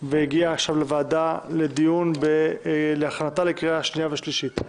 והגיעה עכשיו לוועדה להחלטה לדיון בקריאה שנייה ושלישית.